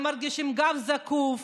הם מרגישים גב זקוף,